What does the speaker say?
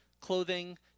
clothing